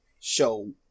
show